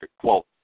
Quote